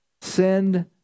Send